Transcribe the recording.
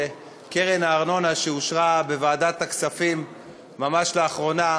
לקרן הארנונה שאושרה בוועדת הכספים ממש לאחרונה,